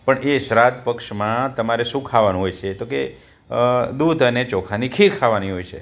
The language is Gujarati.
પણ એ શ્રાદ્ધ પક્ષમાં તમારે શું ખાવાનું હોય છે તોકે દૂધ અને ચોખાની ખીર ખાવાની હોય છે